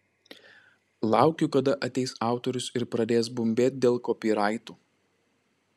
laukiu kada ateis autorius ir pradės bumbėt dėl kopyraitų